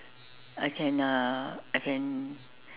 I can uh I can